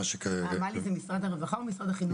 מל"י זה משרד הרווחה הוא משרד החינוך?